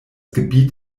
gebiet